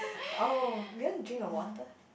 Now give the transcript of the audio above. oh do you want drink a water